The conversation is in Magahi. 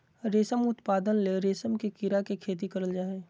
रेशम उत्पादन ले रेशम के कीड़ा के खेती करल जा हइ